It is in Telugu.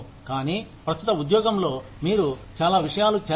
కానీ ప్రస్తుత ఉద్యోగంలో మీరు చాలా విషయాలు చేస్తారు